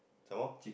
some more